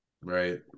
Right